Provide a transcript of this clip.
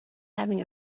having